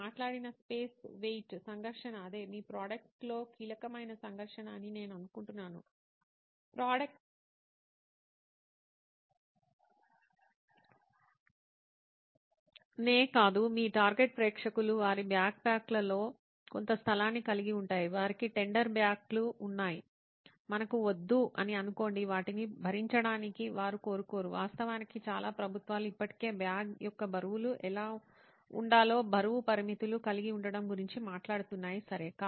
మీరు మాట్లాడిన space weight సంఘర్షణ అదే మీ ప్రోడక్ట్ లో కీలకమైన సంఘర్షణ అని నేను అనుకుంటున్నాను ప్రోడక్ట్ నే కాదు మీ టార్గెట్ ప్రేక్షకులు వారి బ్యాక్ప్యాక్లలో కొంత స్థలాన్ని కలిగి ఉంటాయి వారికి టెండర్ బ్యాక్లు ఉన్నాయి మనకు వద్దు అని అనుకోండి వాటిని భరించడానికి వారు కోరుకోరు వాస్తవానికి చాలా ప్రభుత్వాలు ఇప్పటికే బ్యాగ్ యొక్క బరువులు ఎలా ఉండాలో బరువు పరిమితులు కలిగి ఉండటం గురించి మాట్లాడుతున్నాయి సరే